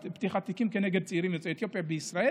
את פתיחת תיקים כנגד צעירים יוצאי אתיופיה בישראל,